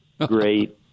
great